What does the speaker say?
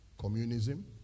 Communism